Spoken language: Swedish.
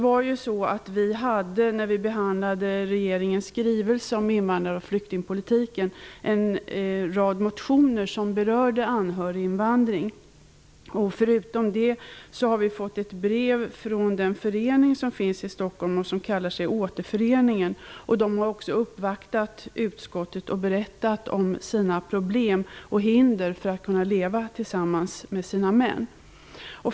Vi hade, när vi behandlade regeringens skrivelse om invandrar och flyktingpolitiken, väckt en rad motioner som berörde anhöriginvandring. Dessutom har vi fått ett brev från en förening i Stockholm som kallar sig Återföreningen. De har också uppvaktat utskottet och berättat om sina problem och hinder när det gäller möjligheten att leva tillsammans med sina män.